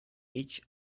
each